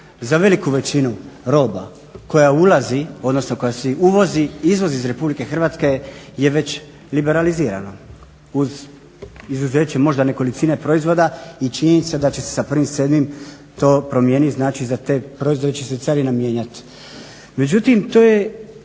za veliku većinu roba koja ulazi, odnosno koja se uvozi i izvozi iz RH je već liberalizirana uz izuzeće možda nekolicine proizvoda. I činjenica je da će se sa 1.07. to promijeniti, znači za te proizvode će se carina mijenjati. Međutim, to je